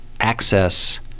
access